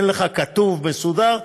אתן לך כתוב, מסודר,